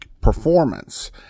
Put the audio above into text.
performance